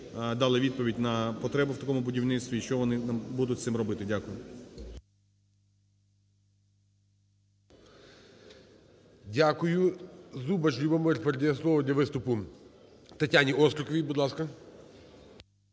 дали відповідь на потребу в такому будівництві, і що вони там будуть з цим робити. Дякую.